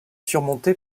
surmontée